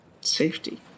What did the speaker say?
safety